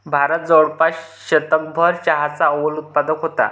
भारत जवळपास शतकभर चहाचा अव्वल उत्पादक होता